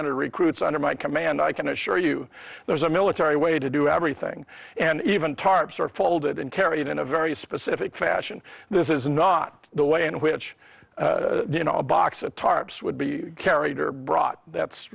hundred recruits under my command i can assure you there is a military way to do everything and even tarps or fold it and carry it in a very specific fashion this is not the way in which you know a box of tarps would be carried or brought that's